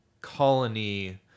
colony